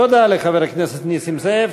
תודה לחבר הכנסת נסים זאב.